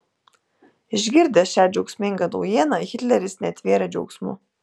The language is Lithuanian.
išgirdęs šią džiaugsmingą naujieną hitleris netvėrė džiaugsmu